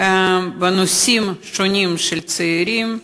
בנושאים שונים של צעירים,